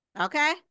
Okay